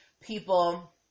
people